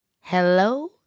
Hello